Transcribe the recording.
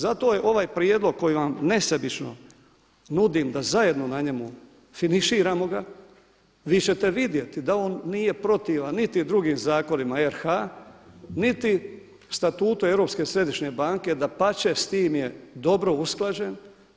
Zato je ovaj prijedlog koji vam nesebično nudim da zajedno na njemu finiširamo ga, vi ćete vidjeti da on nije protivan niti drugim zakonima RH, niti statutu Europske središnje banke, dapače, s tim je dobro usklađen.